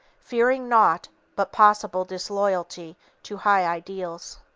fearing naught but possible disloyalty to high ideals.